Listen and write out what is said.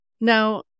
Now